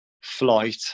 flight